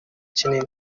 kinini